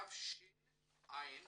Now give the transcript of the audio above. התש"ע